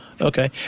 Okay